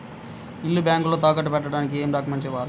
ఇల్లు బ్యాంకులో తాకట్టు పెట్టడానికి ఏమి డాక్యూమెంట్స్ కావాలి?